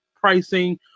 pricing